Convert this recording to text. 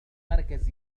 مركز